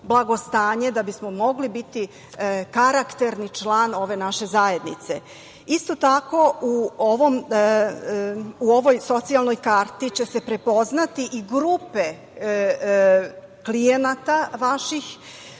da bismo mogli biti karakterni član naše zajednice. Isto tako, u ovoj Socijalnoj karti će se prepoznati i grupe vaših